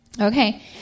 Okay